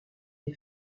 les